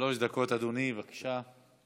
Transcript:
שלוש דקות, אדוני, בבקשה.